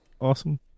awesome